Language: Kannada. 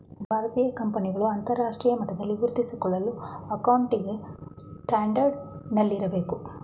ಭಾರತೀಯ ಕಂಪನಿಗಳು ಅಂತರರಾಷ್ಟ್ರೀಯ ಮಟ್ಟದಲ್ಲಿ ಗುರುತಿಸಿಕೊಳ್ಳಲು ಅಕೌಂಟಿಂಗ್ ಸ್ಟ್ಯಾಂಡರ್ಡ್ ನಲ್ಲಿ ಇರಬೇಕು